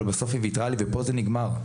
בסוף היא ויתרה לי ופה זה נגמר.